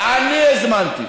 הזמנת, אני הזמנתי, אני הזמנתי.